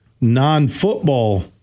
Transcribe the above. non-football